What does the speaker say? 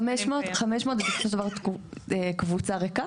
500 זה בסופו של דבר קבוצה ריקה,